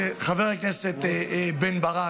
חבר הכנסת בן ברק,